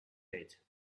date